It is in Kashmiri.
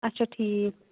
اچھا ٹھیٖک